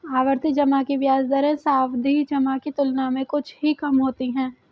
आवर्ती जमा की ब्याज दरें सावधि जमा की तुलना में कुछ ही कम होती हैं